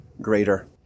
greater